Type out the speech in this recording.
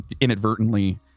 inadvertently